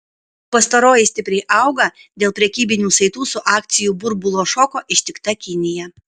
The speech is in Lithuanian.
pastaroji stipriai auga dėl prekybinių saitų su akcijų burbulo šoko ištikta kinija